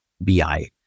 BI